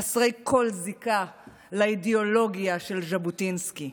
חסרי כל זיקה לאידיאולוגיה של ז'בוטינסקי.